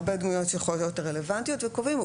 הרבה דמויות שיכולות להיות רלוונטיות וקובעים,